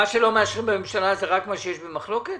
מה שלא מאשרים בממשלה זה רק מה שנתון במחלוקת?